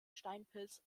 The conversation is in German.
steinpilz